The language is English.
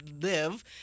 live